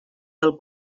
del